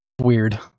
Weird